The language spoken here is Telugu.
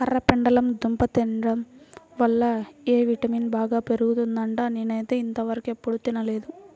కర్రపెండలం దుంప తింటం వల్ల ఎ విటమిన్ బాగా పెరుగుద్దంట, నేనైతే ఇంతవరకెప్పుడు తినలేదు